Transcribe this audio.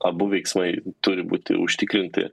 abu veiksmai turi būti užtikrinti